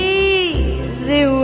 easy